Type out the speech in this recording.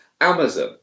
Amazon